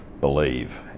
believe